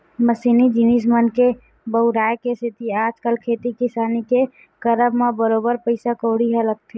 मसीनी जिनिस मन के बउराय के सेती आजकल खेती किसानी के करब म बरोबर पइसा कउड़ी ह लगथे